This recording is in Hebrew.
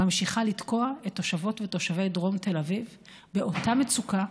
ממשיכה לתקוע את תושבות ותושבי דרום תל אביב באותה מצוקה,